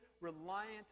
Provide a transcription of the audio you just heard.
reliant